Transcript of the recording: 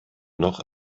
noch